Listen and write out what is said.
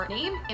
name